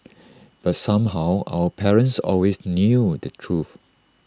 but somehow our parents always knew the truth